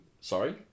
Sorry